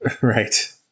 Right